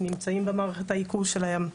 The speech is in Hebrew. נמצאים במערכת העיכול שלהם.